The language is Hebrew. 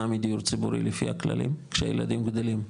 מדיור ציבורי לפי הכללים כשהילדים גדלים,